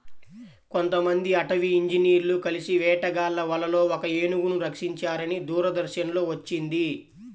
కొంతమంది అటవీ ఇంజినీర్లు కలిసి వేటగాళ్ళ వలలో ఒక ఏనుగును రక్షించారని దూరదర్శన్ లో వచ్చింది